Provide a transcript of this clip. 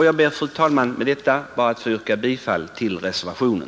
Jag ber, herr talman, att med detta få yrka bifall till reservationen.